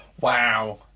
Wow